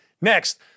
next